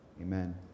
Amen